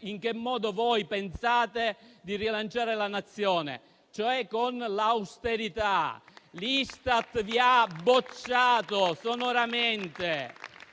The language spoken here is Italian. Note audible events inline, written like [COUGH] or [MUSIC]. in che modo pensate di rilanciare la Nazione, e cioè con l'austerità. [APPLAUSE] L'Istat vi ha bocciato sonoramente.